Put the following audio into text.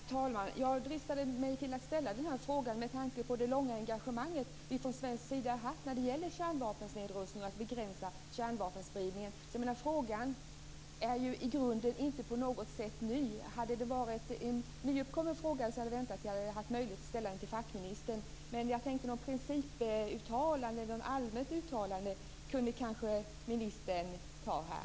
Herr talman! Jag dristade mig till att ställa den här frågan med tanke på det långa engagemang vi från svensk sida har haft när det gäller kärnvapennedrustning och att begränsa kärnvapenspridningen. Frågan är i grunden inte på något sätt ny. Hade det varit en nyligen uppkommen fråga så hade jag väntat tills jag hade fått möjlighet att ställa den till fackministern. Men något principuttalande eller något allmänt uttalande kunde kanske ministern göra här?